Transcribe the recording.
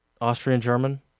Austrian-German